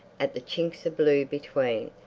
at the chinks of blue between,